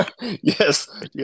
yes